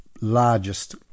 largest